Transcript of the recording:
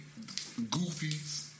Goofies